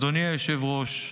אדוני היושב-ראש,